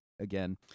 again